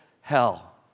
hell